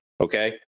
okay